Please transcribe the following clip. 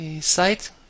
site